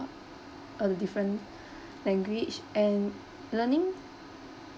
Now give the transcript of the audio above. uh different language and learning